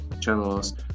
channels